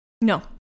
No